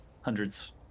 hundreds